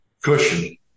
cushion